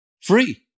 Free